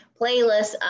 playlists